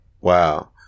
Wow